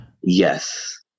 Yes